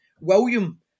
William